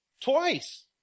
twice